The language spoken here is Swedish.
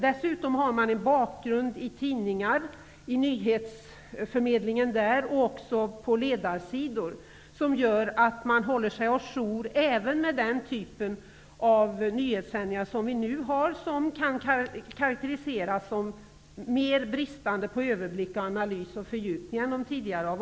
Dessutom har man en bakgrund i form av nyhetsförmedling genom tidningar, även på deras ledarsidor, vilket gör att man håller sig ajour även med den typ av nyhetssändningar som vi nu har och som kan karakteriseras som mer bristfälliga när det gäller överblick, analys och fördjupning än tidigare.